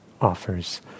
offers